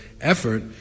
effort